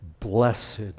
Blessed